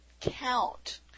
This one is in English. count